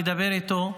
לדבר איתו,